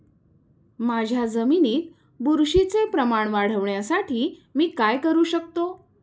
माझ्या जमिनीत बुरशीचे प्रमाण वाढवण्यासाठी मी काय करू शकतो?